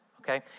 okay